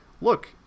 Look